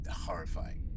horrifying